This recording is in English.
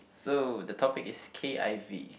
so the topic is k_i_v